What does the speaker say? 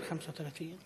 שתיאר חבר הכנסת